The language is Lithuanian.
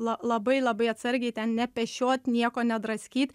la labai labai atsargiai ten nepešiot nieko nedraskyt